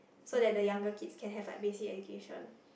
so that the younger kids can have like basic education